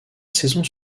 saison